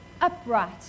upright